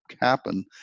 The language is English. happen